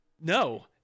No